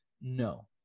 No